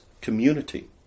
community